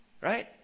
Right